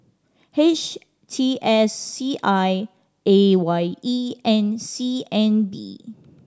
H T S C I A Y E and C N B